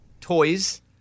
toys